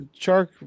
Chark